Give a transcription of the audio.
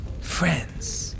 friends